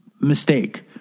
mistake